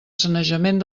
sanejament